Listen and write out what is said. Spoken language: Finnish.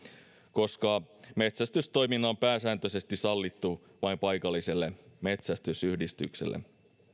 koska metsästystoiminta on pääsääntöisesti sallittu vain paikalliselle metsästysyhdistykselle